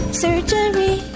surgery